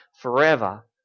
forever